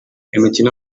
imikino